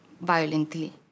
violently